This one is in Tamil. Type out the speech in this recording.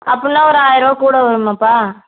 அப்படின்னா ஒரு ஆயிரம் ரூபா கூட வருமேபா